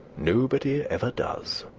nobody ever does.